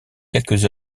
quelques